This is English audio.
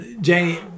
Janie